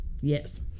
Yes